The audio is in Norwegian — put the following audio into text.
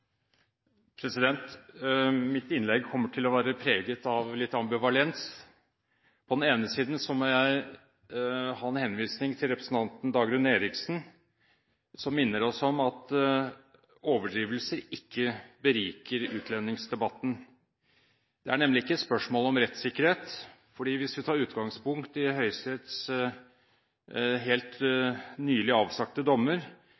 å være preget av litt ambivalens. På den ene siden må jeg ha en henvisning til representanten Dagrun Eriksen, som minner oss om at overdrivelser ikke beriker utlendingsdebatten. Det er nemlig ikke et spørsmål om rettssikkerhet, for hvis vi tar utgangspunkt i Høyesteretts helt nylig avsagte dommer,